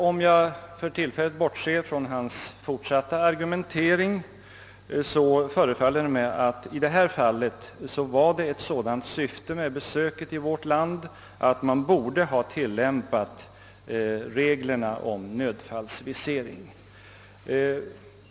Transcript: Om jag för tillfället bortser från inrikesministerns fortsatta argumentering, förefaller det mig i detta fall ha varit ett sådant syfte med besöket i vårt land, att man borde ha tillämpat reglerna om nödfallsvisering.